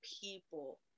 people